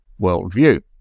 worldview